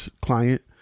client